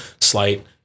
slight